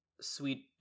sweet